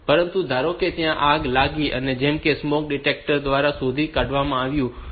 પરંતુ ધારો કે ત્યાં આગ લાગી છે જેને સ્મોક ડિટેક્ટર દ્વારા શોધી કાઢવામાં આવે છે